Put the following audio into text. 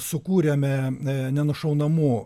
sukūrėme ė nenušaunamų